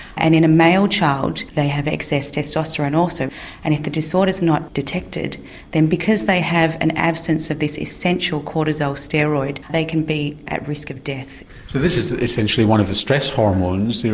and in a male child they have excess testosterone also and if the disorder is not detected then because they have an absence of this essential cortisol steroid they can be at risk of death. so this is essentially one of the stress hormones,